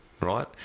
right